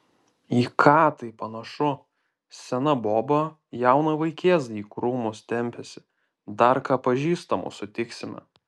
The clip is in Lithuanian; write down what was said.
į ką tai panašu sena boba jauną vaikėzą į krūmus tempiasi dar ką pažįstamų sutiksime